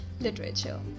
literature